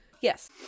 Yes